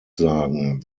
sagen